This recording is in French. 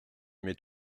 m’est